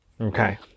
Okay